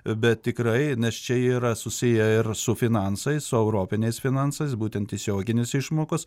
bet tikrai nes čia yra susiję ir su finansais su europiniais finansais būtent tiesioginės išmokos